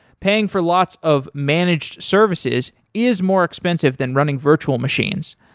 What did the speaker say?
paying for lots of managed services is more expensive than running virtual machines,